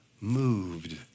moved